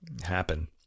happen